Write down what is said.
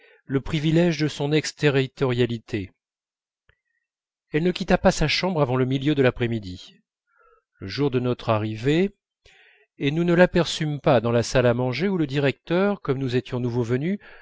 le privilège de son exterritorialité elle ne quitta pas sa chambre avant le milieu de l'après-midi le jour de notre arrivée et nous ne l'aperçûmes pas dans la salle à manger où le directeur comme nous étions nouveaux venus